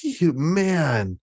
man